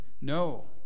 No